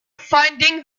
finding